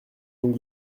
donc